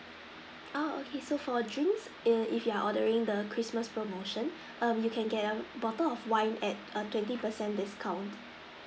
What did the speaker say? uh okay so for drinks err if you're ordering the christmas promotion um you can get a bottle of wine at err twenty percent discount